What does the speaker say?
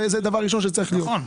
זה דבר ראשון שצריך להיות.